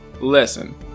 listen